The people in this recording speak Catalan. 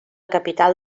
capital